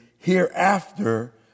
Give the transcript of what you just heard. Hereafter